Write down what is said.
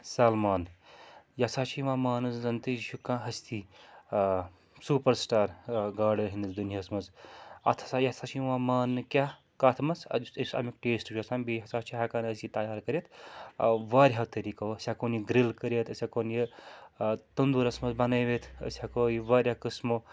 سلمان یہِ ہسا چھِ یِوان ماننہٕ زَن تہِ یہِ چھُ کانٛہہ ہستی سوٗپر سِٹار گاڈٕ ہِٕنٛدِس دُنیاہَس منٛز اَتھ ہسا یہِ ہسا چھِ یِوان ماننہٕ کیٛاہ کَتھ منٛز یُس تُہۍ اَمیُک ٹیسٹ گژھان بیٚیہِ ہسا چھِ ہٮ۪کان أسۍ یہِ تَیار کٔرِتھ واریاہو طریٖقو أسۍ ہیکون یہِ گرِل کٔرِتھ أسۍ ہیکون یہِ آ تنٛدوٗرَس منٛز بَنٲوِتھ أسۍ ہیکو یہِ واریاہ قٕسمو